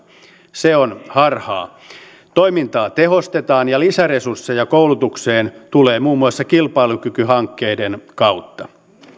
se on harhaa toimintaa tehostetaan ja lisäresursseja koulutukseen tulee muun muassa kilpailukykyhankkeiden kautta